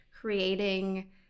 creating